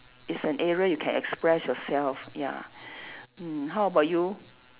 it's an area you can express yourself ya mm how about you